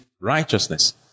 Righteousness